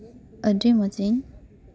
ᱟᱹᱰᱤ ᱢᱚᱡᱤᱧ